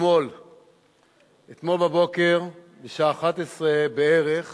אתמול בבוקר בשעה 11:00 בערך